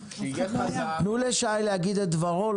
תנו לשי להגיד את דברו.